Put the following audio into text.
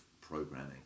programming